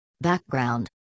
Background